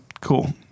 cool